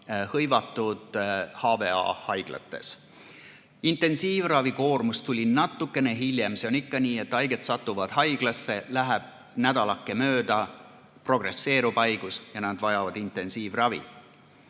hõivatud HVA haiglates. Intensiivravi suur koormus tuli natukene hiljem. See on ikka nii, et haiged satuvad haiglasse, läheb nädalake mööda, haigus progresseerub ja inimesed vajavad intensiivravi.